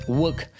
work